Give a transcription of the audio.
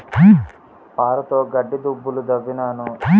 పారతోగడ్డి దుబ్బులు దవ్వినాను